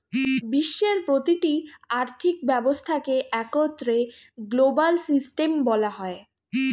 বিশ্বের প্রতিটি আর্থিক ব্যবস্থাকে একত্রে গ্লোবাল সিস্টেম বলা হয়